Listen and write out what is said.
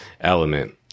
element